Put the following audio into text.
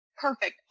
Perfect